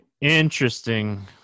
interesting